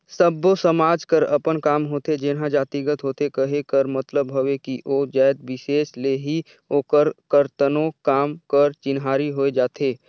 सब्बो समाज कर अपन काम होथे जेनहा जातिगत होथे कहे कर मतलब हवे कि ओ जाएत बिसेस ले ही ओकर करतनो काम कर चिन्हारी होए जाथे